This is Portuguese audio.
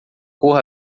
cor